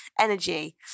energy